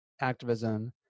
activism